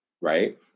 right